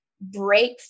break